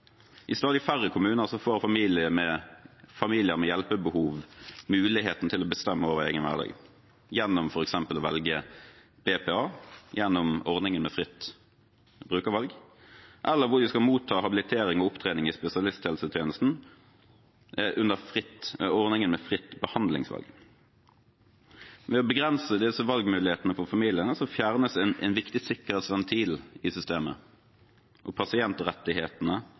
I stadig færre kommuner får familier med hjelpebehov muligheten til å bestemme over egen hverdag, f.eks. gjennom å velge BPA, gjennom ordningen med fritt brukervalg, eller hvor de skal motta habilitering og opptrening i spesialisthelsetjenesten under ordningen med fritt behandlingsvalg. Ved å begrense disse valgmulighetene for familiene fjernes en viktig sikkerhetsventil i systemet, og pasientrettighetene